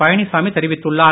பழனிச்சாமி தெரிவித்துள்ளார்